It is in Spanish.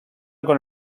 con